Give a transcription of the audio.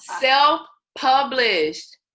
self-published